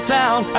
town